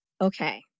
okay